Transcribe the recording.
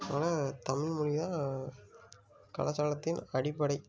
அதனால தமிழ் மொழி தான் கலாச்சாரத்தின் அடிப்படை